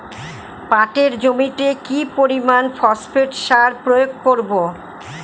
পাটের জমিতে কি পরিমান ফসফেট সার প্রয়োগ করব?